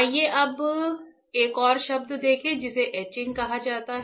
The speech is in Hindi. आइए अब एक और शब्द देखें जिसे एचिंग कहा जाता है